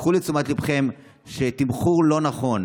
קחו לתשומת ליבכם שתמחור לא נכון,